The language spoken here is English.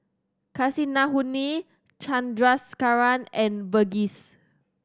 Kasinadhuni Chandrasekaran and Verghese